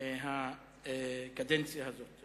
הקדנציה הזאת.